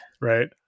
Right